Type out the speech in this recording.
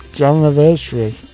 anniversary